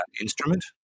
instrument